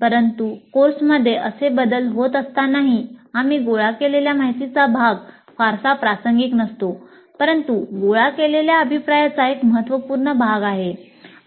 परंतु कोर्समध्ये असे बदल होत असतानाही आम्ही गोळा केलेल्या माहितीचा भाग फारसा प्रासंगिक नसतो परंतु गोळा केलेल्या अभिप्रायाचा एक महत्त्वपूर्ण भाग